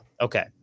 Okay